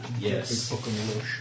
yes